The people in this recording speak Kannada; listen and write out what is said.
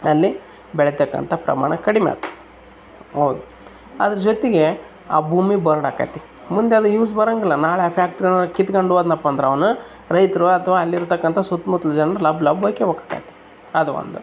ಅಲ್ಲಿ ಬೆಳಿತಕ್ಕಂಥ ಪ್ರಮಾಣ ಕಡಿಮೆ ಆಯ್ತ್ ಹೌದ್ ಅದ್ರ ಜೊತೆಗೆ ಆ ಭೂಮಿ ಬರಡು ಆಗತ್ತೆ ಮುಂದೆ ಅಲ್ಲಿ ಯೂಸ್ ಬರೋಂಗಿಲ್ಲ ನಾಳೆ ಆ ಫ್ಯಾಕ್ಟ್ರಿನ ಕಿತ್ಕೊಂಡ್ ಹೋದ್ನಪ್ಪ ಅಂದರೆ ಅವನು ರೈತ್ರು ಅಥ್ವ ಅಲ್ಲಿರ್ತಕ್ಕಂಥ ಸುತ್ತ ಮುತ್ಲಿನ ಜನ್ರು ಲಬ್ ಲಬ್ ಹೊಯ್ಕೋಬೇಕಾಗತ್ತೆ ಅದು ಒಂದು